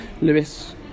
Lewis